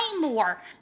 more